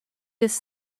this